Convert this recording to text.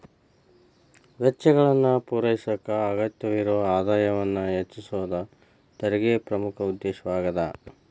ವೆಚ್ಚಗಳನ್ನ ಪೂರೈಸಕ ಅಗತ್ಯವಿರೊ ಆದಾಯವನ್ನ ಹೆಚ್ಚಿಸೋದ ತೆರಿಗೆ ಪ್ರಮುಖ ಉದ್ದೇಶವಾಗ್ಯಾದ